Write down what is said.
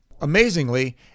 Amazingly